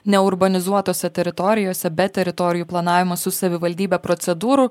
neurbanizuotose teritorijose be teritorijų planavimo su savivaldybe procedūrų